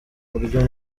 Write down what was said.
buryo